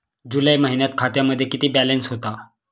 जुलै महिन्यात खात्यामध्ये किती बॅलन्स होता?